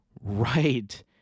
right